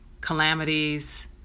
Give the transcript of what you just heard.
calamities